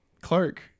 Clark